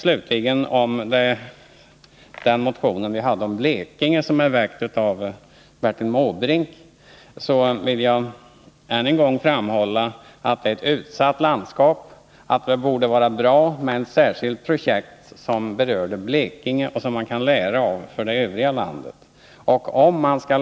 Angående den motion om miljöproblemen i Blekinge som är väckt av Bertil Måbrink vill jag slutligen än en gång framhålla, att Blekinge är ett utsatt landskap och att det därför vore bra med ett särskilt projekt som berörde Blekinge, av vilket man kunde lära även för övriga delar av landet.